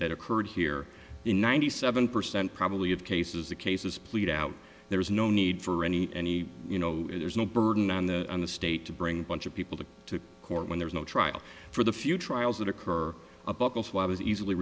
that occurred here in ninety seven percent probably of cases the cases plead out there is no need for any any you know there's no burden on the on the state to bring bunch of people to the court when there's no trial for the few trials that occur a buckle swab is easily